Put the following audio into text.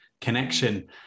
connection